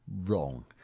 Wrong